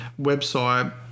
website